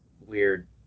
weird